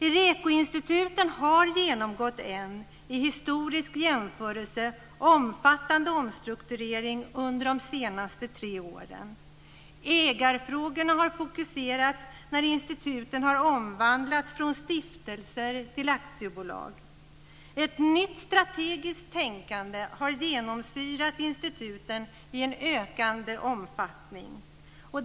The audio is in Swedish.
Irekoinstituten har genomgått en i historisk jämförelse omfattande omstrukturering under de senaste tre åren. Ägarfrågorna har fokuserats när instituten har omvandlats från stiftelser till aktiebolag. Ett nytt strategiskt tänkande har genomsyrat instituten i en ökande omfattning.